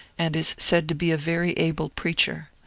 and is said to be a very able preacher.